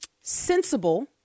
sensible